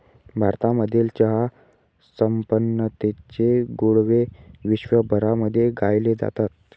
भारतामधील चहा संपन्नतेचे गोडवे विश्वभरामध्ये गायले जातात